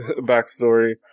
backstory